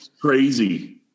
crazy